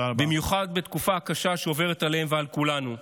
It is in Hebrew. במיוחד בתקופה הקשה שעוברת עליהם ועל כולנו.